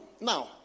Now